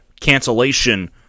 cancellation